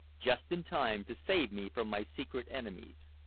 just in time to save me from my secret enemies.